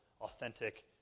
authentic